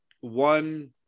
one